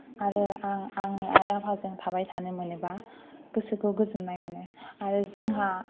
आरो आं आंनि आइ आफाजों थाबाय थानो मोनोब्ला गोसोखौ गोजोननाय मोनो आरो जोंहा